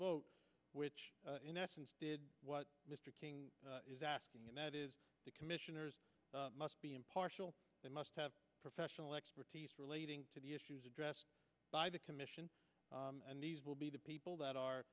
vote which in essence did what mr king is asking and that is the commissioners must be impartial they must have professional expertise relating to the issues addressed by the commission and they will be the people that